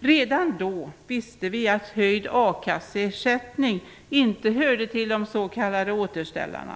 Redan då visste vi att höjd a-kasseersättning inte hörde till de s.k. återställarna.